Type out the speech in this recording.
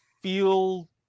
feel